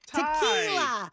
Tequila